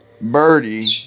Birdie